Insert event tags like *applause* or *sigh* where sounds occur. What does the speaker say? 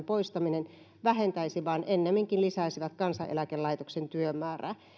*unintelligible* poistamiset vähentäisi vaan ennemminkin lisäisivät kansaneläkelaitoksen työmäärää